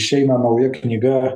išeina nauja knyga